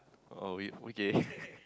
oh okay